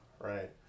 right